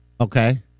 Okay